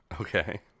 Okay